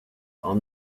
are